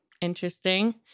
Interesting